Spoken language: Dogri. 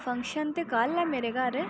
फंक्शन ते कल ऐ मेरे घर